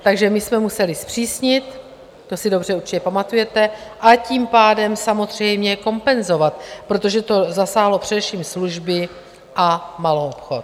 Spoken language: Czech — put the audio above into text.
Takže my jsme museli zpřísnit to si dobře určitě pamatujete a tím pádem samozřejmě kompenzovat, protože to zasáhlo především služby a maloobchod.